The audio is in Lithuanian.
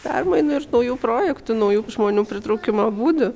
permainų ir naujų projektų naujų žmonių pritraukimo būdų